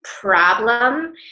problem